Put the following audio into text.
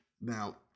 Now